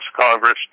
Congress